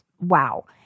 wow